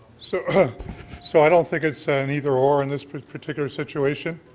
so ah so i don't think it's so an either or in this particular situation.